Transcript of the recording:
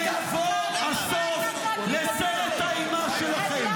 ויבוא הסוף לסרט האימה שלכם.